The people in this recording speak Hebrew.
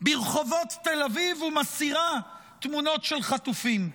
ברחובות תל אביב ומסירה תמונות של חטופים.